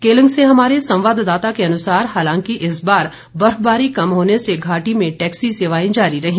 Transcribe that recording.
केलंग से हमारे संवाददाता के अनुसार हालांकि इस बार बर्फबारी कम होने से घाटी में टैक्सी सेवाए जारी रहीं